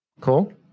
Cool